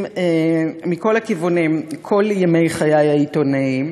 מכל הכיוונים כל ימי חיי העיתונאיים,